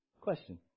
Question